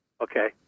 Okay